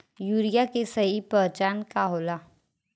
Urea के सही पहचान का होला?